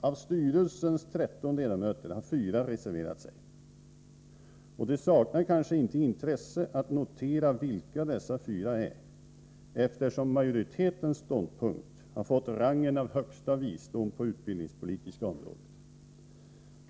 Av styrelsens 13 ledamöter har nämligen fyra reserverat sig. Det kanske är av intresse att få reda på vilka dessa fyra ledamöter är, eftersom majoritetens ståndpunkt har fått rangen av högsta visdom på det utbildningspolitiska området.